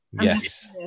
yes